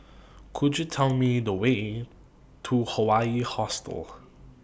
Could YOU Tell Me The Way to Hawaii Hostel